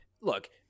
look